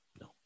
No